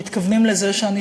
אבל מתכוונים לשחור".